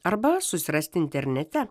arba susirasti internete